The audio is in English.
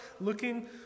looking